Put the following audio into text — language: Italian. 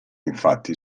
infatti